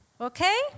Okay